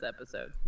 episode